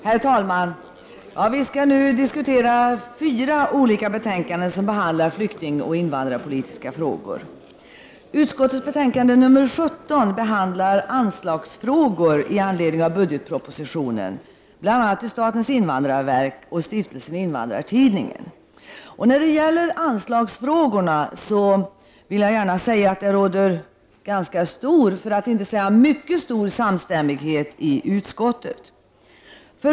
Herr talman! Vi skall nu diskutera fyra olika betänkanden som behandlar flyktingoch invandrarpolitiska frågor. I utskottets betänkande 17 behandlas anslagsfrågor i anledning av budgetpropositionen. Det gäller bl.a. anslag till statens invandrarverk och stiftelsen Invandrartidningen. Det råder ganska stor, för att inte säga mycket stor, samstämmighet om anslagsfrågorna i utskottet.